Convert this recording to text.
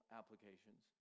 applications